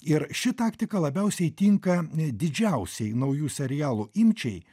ir ši taktika labiausiai tinka didžiausiai naujų serialų imčiai